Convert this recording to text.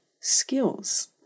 skills